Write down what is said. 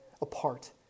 apart